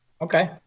Okay